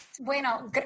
Bueno